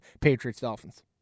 Patriots-Dolphins